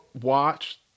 watch